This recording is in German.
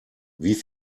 wie